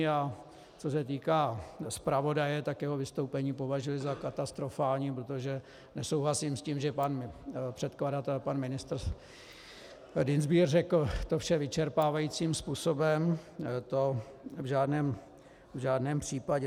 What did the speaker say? A co se týká zpravodaje, tak jeho vystoupení považuji za katastrofální, protože nesouhlasím s tím, že pan předkladatel, pan ministr Dienstbier, řekl to vše vyčerpávajícím způsobem, to v žádném případě.